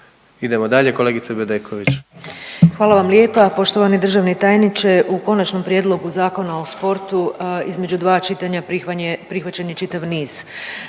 Idemo dalje, kolegice Bedeković. **Bedeković, Vesna (HDZ)** Hvala vam lijepa. Poštovani državni tajniče, u Konačnom prijedlogu Zakona o sportu između dva čitanja prihvaćen je čitav niz